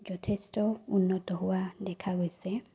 যথেষ্ট উন্নত হোৱা দেখা গৈছে